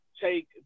Take